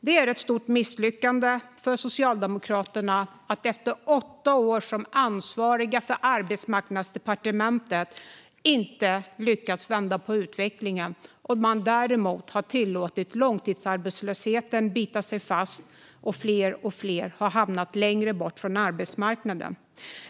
Det är ett totalt misslyckande för Socialdemokraterna att efter åtta år som ansvariga för Arbetsmarknadsdepartementet inte ha lyckats vända på utvecklingen utan däremot ha låtit långtidsarbetslösheten bita sig fast. Fler och fler har hamnat längre bort från arbetsmarknaden.